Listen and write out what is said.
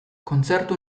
kontzertu